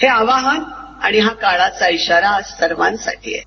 हे आवाहन आणि हा काळाचा ईशारा सर्वांसाठी आहे